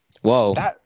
Whoa